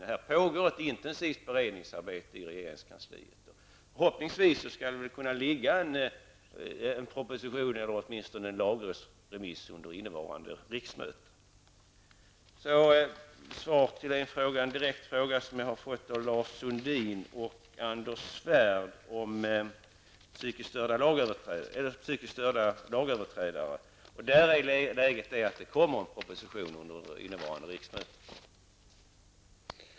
Det pågår också ett intensivt beredningsarbete i regeringskansliet. Förhoppningsvis skall det komma en proposition eller åtminstone föreligga en lagrådsremiss under året. Så svaret på en direkt fråga som jag har fått av Lars Sundin och Anders Svärd om psykiskt störda lagöverträdare. Där är läget det att det kommer en proposition under innevarande riksmöte.